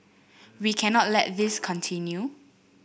we cannot let this continue